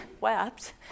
wept